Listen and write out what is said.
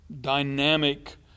dynamic